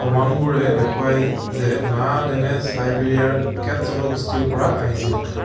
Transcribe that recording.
প্ৰমাণবোৰে দেখুৱায় যে Na Dene চাইবেৰিয়াৰ কেট জনগোষ্ঠীৰ পৰা আহিছিল